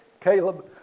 Caleb